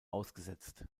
ausgesetzt